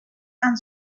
and